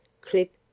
Clip